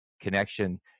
connection